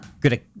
good